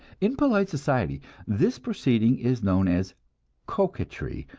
in polite society this proceeding is known as coquetry,